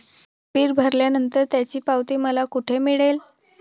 Bill भरल्यानंतर त्याची पावती मला कुठे मिळेल?